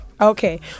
Okay